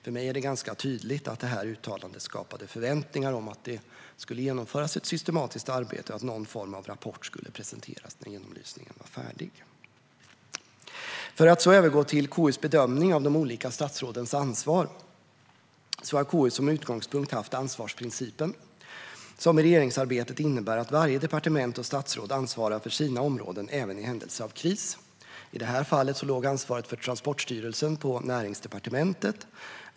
För mig är det ganska tydligt att det här uttalandet skapade förväntningar om att det skulle genomföras ett systematiskt arbete och att någon form av rapport skulle presenteras när genomlysningen var färdig. För att övergå till KU:s bedömning av de olika statsrådens ansvar har KU som utgångspunkt haft ansvarsprincipen, som i regeringsarbetet innebär att varje departement och statsråd ansvarar för sina områden även i händelse av kris. I det här fallet låg ansvaret för Transportstyrelsen hos Näringsdepartementet.